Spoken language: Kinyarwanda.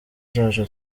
zacu